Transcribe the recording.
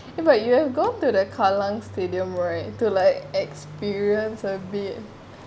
but you have gone to the kallang stadium right to like experience a bit